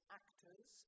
actors